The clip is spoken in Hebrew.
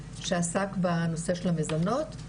שעסק בנושא של המזונות,